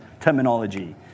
terminology